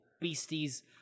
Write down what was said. beasties